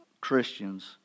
Christians